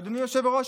אדוני היושב-ראש,